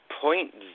Point